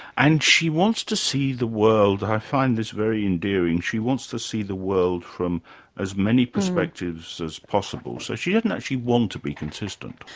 and she wants to see the world i find this very endearing she wants to see the world from as many perspectives as possible. so she didn't actually want to be consistent.